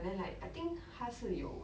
then like I think 他是有